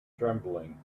trembling